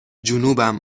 جنوبم